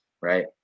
right